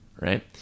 right